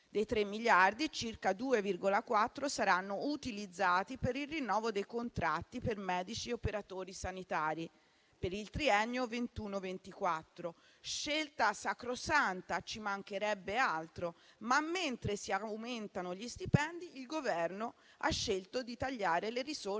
dei 3 miliardi circa, 2,4 saranno utilizzati per il rinnovo dei contratti per medici e operatori sanitari per il triennio 2021-2024. È una scelta questa sacrosanta - ci mancherebbe altro - ma, mentre si aumentano gli stipendi, il Governo ha scelto di tagliare le risorse